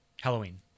Halloween